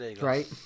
Right